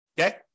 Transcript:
Okay